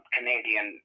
Canadian